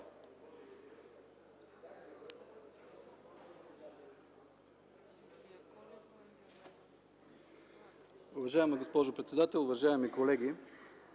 Уважаема госпожо председател, уважаеми колеги!